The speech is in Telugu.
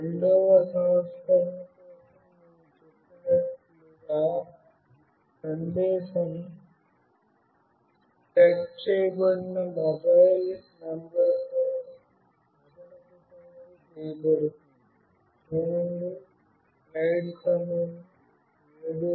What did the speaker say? రెండవ సంస్కరణ కోసం నేను చెప్పినట్లుగా సందేశం సెట్ చేయబడిన మొబైల్ నంబర్ కోసం అదనపు తనిఖీ చేయబడుతుంది